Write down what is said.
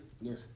Yes